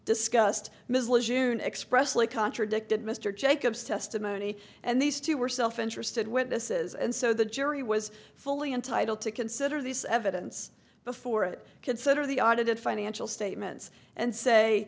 discussed missile issue now expressly contradicted mr jacobs testimony and these two were self interested witnesses and so the jury way is fully entitled to consider this evidence before it consider the audited financial statements and say